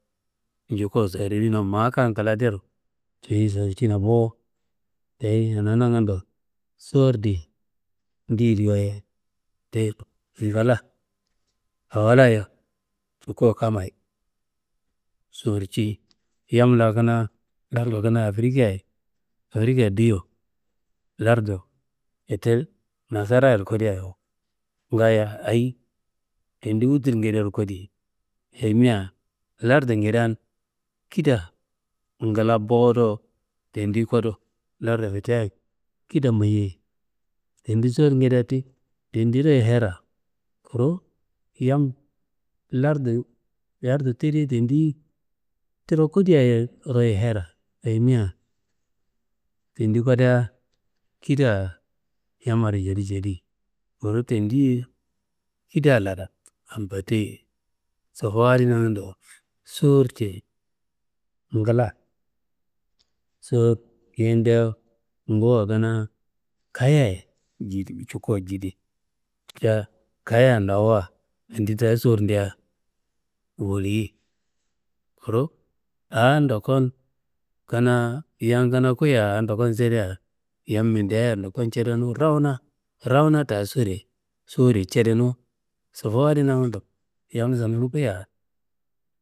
Njuko sowuriminuwa ma kam kla dero ciyi sowurcina bo. Dayi anangando sowur di, ndediyiwa ti(inetelligible) awolayiya cuko kamayi sowurci. Yam la kanaa lartu kanaa afrikiayi duyo lartu fite nasarayero kode ngaayo ayi tendi wuturngedero kodi ayimia lartungedean kida ngla bo dowo tendi kodu lartu fiteya kida mayiyei. Tendi sowurngedea ti, tendiro ye herra kuru yam lartu tediye tendi tiro kodia ye herra, ayimia tendi kodea kida yammaro jodu cedi. Kuru tendiye kida lan ambatei, sofowo adi nangando sowolcei, ngla sowur kayidea ngowa kanaa kayiyayi cuko jidi ca kayiyan lawuwa yandi daa sowurdea wolliyi kuru awo ndokon yan kanaa kuyiya awo ndokon sedea, yam midea ndokon cedenu rawuna rawuna da sowuriye cedenu. Sofowo adi nangando yam zaman kuyiya.